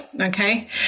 okay